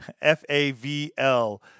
F-A-V-L